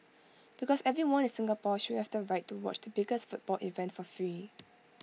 because everyone in Singapore should have the right to watch the biggest football event for free